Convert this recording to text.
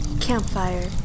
Campfire